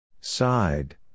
Side